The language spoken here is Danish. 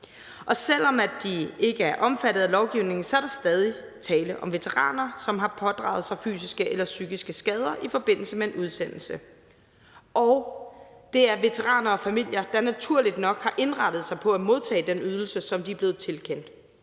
Og selv om de ikke er omfattet af lovgivningen, er der stadig tale om veteraner, som har pådraget sig fysiske eller psykiske skader i forbindelse med en udsendelse, og det er veteraner og familier, der naturligt nok har indrettet sig på at modtage den ydelse, som de er blevet tilkendt.